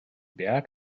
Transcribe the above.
berg